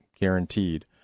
guaranteed